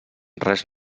res